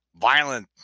Violent